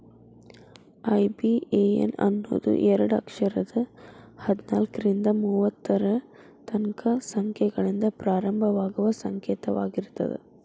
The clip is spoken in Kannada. ಐ.ಬಿ.ಎ.ಎನ್ ಅನ್ನೋದು ಎರಡ ಅಕ್ಷರದ್ ಹದ್ನಾಲ್ಕ್ರಿಂದಾ ಮೂವತ್ತರ ತನಕಾ ಸಂಖ್ಯೆಗಳಿಂದ ಪ್ರಾರಂಭವಾಗುವ ಸಂಕೇತವಾಗಿರ್ತದ